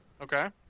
Okay